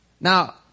Now